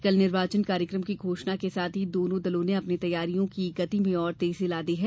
कल निर्वाचन कार्यक्रम की घोषणा के साथ ही दोनों दलों ने अपनी तैयारियों की गति में और तेजी ला दी है